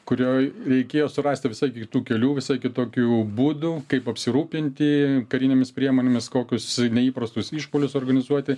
kurioj reikėjo surasti visai kitų kelių visai kitokių būdų kaip apsirūpinti karinėmis priemonėmis kokius neįprastus išpuolius organizuoti